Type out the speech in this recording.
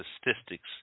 statistics